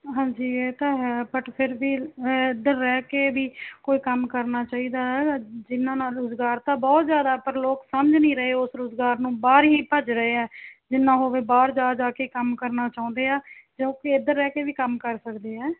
ਹਾਂਜੀ ਇਹ ਤਾਂ ਹੈ ਬਟ ਫਿਰ ਵੀ ਇੱਧਰ ਰਹਿ ਕੇ ਵੀ ਕੋਈ ਕੰਮ ਕਰਨਾ ਚਾਹੀਦਾ ਜਿਨ੍ਹਾਂ ਨਾਲ ਰੁਜ਼ਗਾਰ ਤਾਂ ਬਹੁਤ ਜ਼ਿਆਦਾ ਪਰ ਲੋਕ ਸਮਝ ਨਹੀਂ ਰਹੇ ਉਸ ਰੁਜ਼ਗਾਰ ਨੂੰ ਬਾਹਰ ਹੀ ਭੱਜ ਰਹੇ ਹੈ ਜਿੰਨਾ ਹੋਵੇ ਬਾਹਰ ਜਾ ਜਾ ਕੇ ਕੰਮ ਕਰਨਾ ਚਾਹੁੰਦੇ ਆ ਜੋ ਕਿ ਇੱਧਰ ਰਹਿ ਕੇ ਵੀ ਕੰਮ ਕਰ ਸਕਦੇ ਹੈ